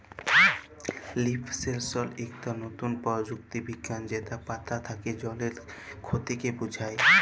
leaf সেলসর ইকট লতুল পরযুক্তি বিজ্ঞাল যেট পাতা থ্যাকে জলের খতিকে বুঝায়